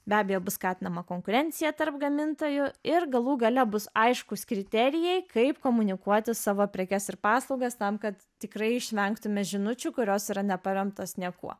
be abejo bus skatinama konkurencija tarp gamintojų ir galų gale bus aiškūs kriterijai kaip komunikuoti savo prekes ir paslaugas tam kad tikrai išvengtume žinučių kurios yra neparemtos niekuo